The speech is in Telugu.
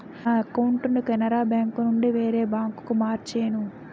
నా అకౌంటును కెనరా బేంకునుండి వేరే బాంకుకు మార్చేను